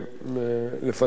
לפנינו,